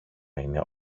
είναι